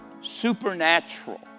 supernatural